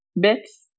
bits